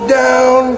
down